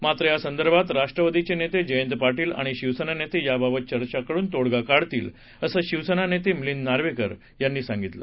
मात्र या संदर्भात राष्ट्रवादीये नेते जयंत पाटील आणि शिवसेना नेते याबाबत चर्चा करून तोडगा काढतील असं शिवसेना नेते मिलिंद नार्वेकर यांनी सांगितलं